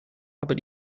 aber